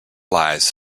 lives